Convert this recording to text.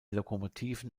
lokomotiven